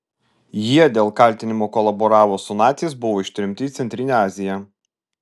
jie dėl kaltinimų kolaboravus su naciais buvo ištremti į centrinę aziją